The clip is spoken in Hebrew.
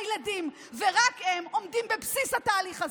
הילדים ורק הם עומדים בבסיס התהליך הזה,